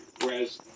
whereas